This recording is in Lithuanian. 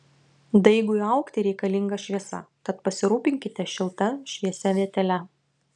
daigui augti reikalinga šviesa tad pasirūpinkite šilta šviesia vietele